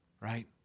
right